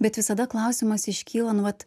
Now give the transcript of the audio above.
bet visada klausimas iškyla nu vat